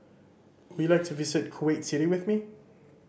would you like to visit Kuwait City with me